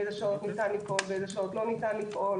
באיזה שעות ניתן לפעול ובאיזה שעות לא ניתן לפעול